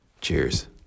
Cheers